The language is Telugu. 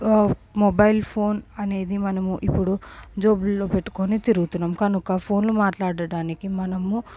మొబైల్ ఫోన్ అనేది మనము ఇప్పుడు జోబులో పెట్టుకొని తిరుగుతున్నాం కనుక ఫోన్ మాట్లాడడానికి మనము